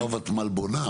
לא ה-ותמ"ל בונה,